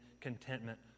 contentment